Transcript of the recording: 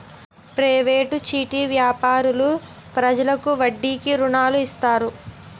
private చిట్టి వ్యాపారులు ప్రజలకు వడ్డీకి రుణాలు ఇస్తారు